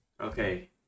Okay